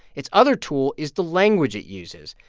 its other tool is the language it uses.